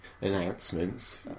announcements